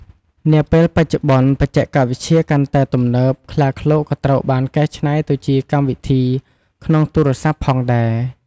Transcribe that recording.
នាពេលបច្ចុប្បន្នបច្ចេកវិទ្យាកាន់តែទំនើបខ្លាឃ្លោកក៏ត្រូវបានកែច្នៃទៅជាកម្មវិធីក្នុងទូរស័ព្ទផងដែរ។